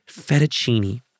Fettuccine